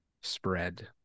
spread